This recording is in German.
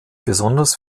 besonders